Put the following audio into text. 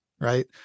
right